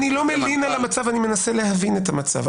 אני לא מלין על המצב, אני מנסה להבין את המצב.